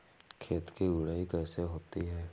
खेत की गुड़ाई कैसे होती हैं?